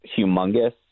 humongous